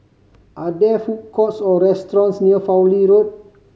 are there food courts or restaurants near Fowlie Road